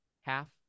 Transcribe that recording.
Half